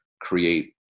create